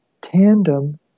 tandem